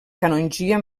canongia